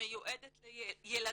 שמיועדת לילדים,